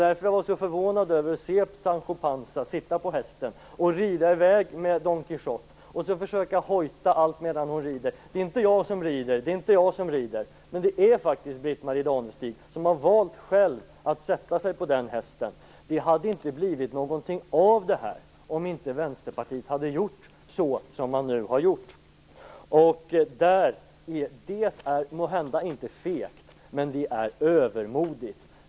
Därför var jag förvånad att se Sancho Panza sitta på hästen och rida i väg med don Quijote och försöka hojta alltmedan hon rider: Det är inte jag som rider! Men det är faktiskt Britt-Marie Danestig-Olofsson som själv har valt att sätta sig på hästen. Det hade inte blivit någonting av det här om inte Vänsterpartiet hade gjort som de har gjort. Det är måhända inte fegt, men det är övermodigt.